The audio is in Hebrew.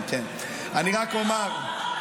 נאור,